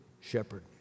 shepherd